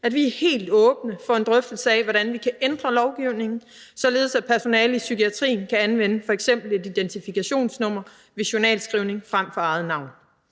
at vi er helt åbne for at få en drøftelse af, hvordan vi kan ændre lovgivningen, således at personalet i psykiatrien f.eks. kan anvende et identifikationsnummer ved journalskrivning frem for eget navn.